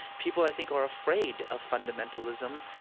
people, i think, are afraid of fundamentalism,